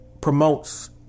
promotes